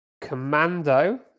Commando